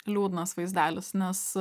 liūdnas vaizdelis nes